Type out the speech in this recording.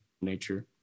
nature